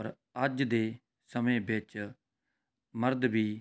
ਔਰ ਅੱਜ ਦੇ ਸਮੇਂ ਵਿੱਚ ਮਰਦ ਵੀ